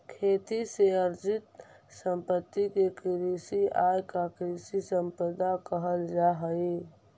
खेती से अर्जित सम्पत्ति के कृषि आय या कृषि सम्पदा कहल जा सकऽ हई